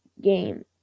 game